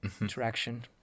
interaction